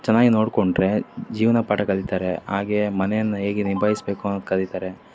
ಚೆನ್ನಾಗಿ ನೋಡಿಕೊಂಡ್ರೆ ಜೀವನ ಪಾಠ ಕಲೀತಾರೆ ಹಾಗೇ ಮನೆಯನ್ನು ಹೇಗೆ ನಿಭಾಯಿಸಬೇಕು ಅನ್ನೋದು ಕಲೀತಾರೆ